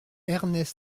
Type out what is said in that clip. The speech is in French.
ernest